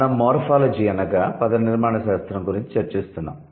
మనం మోర్ఫాలజీఅనగా పదనిర్మాణ శాస్త్రం గురించి చర్చిస్తున్నాము